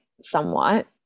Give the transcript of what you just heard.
somewhat